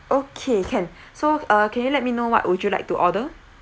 okay can so uh can you let me know what would you like to order